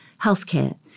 healthcare